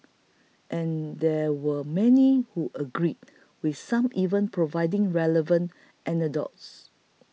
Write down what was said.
and there were many who agreed with some even providing relevant anecdotes